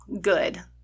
good